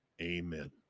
Amen